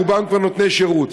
רובם כבר נותני שירות.